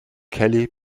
kelly